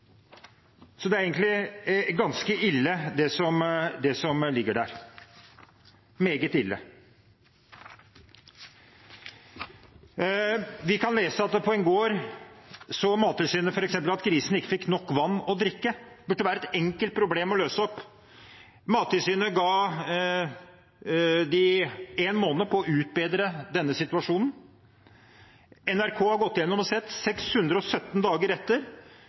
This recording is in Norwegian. Så det er egentlig ganske ille, det som ligger der, meget ille. Vi kan lese at Mattilsynet f.eks. så at grisene på en gård ikke fikk nok vann å drikke. Det burde være et enkelt problem å løse, og Mattilsynet ga dem én måned på å utbedre denne situasjonen. NRK har gått igjennom og sett 617 dager etter.